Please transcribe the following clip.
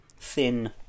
thin